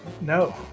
no